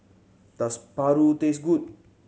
does paru taste good